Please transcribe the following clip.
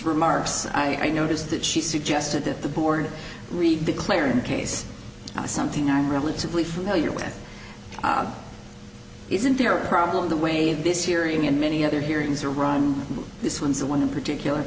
remarks i noticed that she suggested that the board read the clarion case something i'm relatively familiar with isn't there a problem the way this hearing and many other hearings are run this one is the one in particular